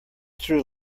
through